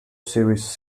series